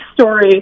story